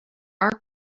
our